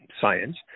science